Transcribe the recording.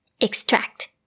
extract